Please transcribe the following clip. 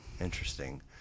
Interesting